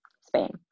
spain